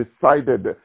decided